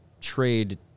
trade